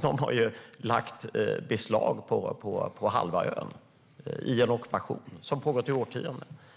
Turkiet har lagt beslag på halva ön i en ockupation som har pågått i årtionden.